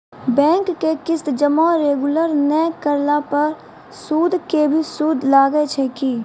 Bank के किस्त जमा रेगुलर नै करला पर सुद के भी सुद लागै छै कि?